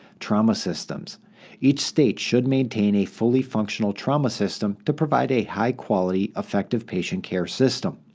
trauma systems each state should maintain a fully functional trauma system to provide a high quality, effective patient care system.